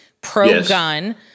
pro-gun